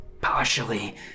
partially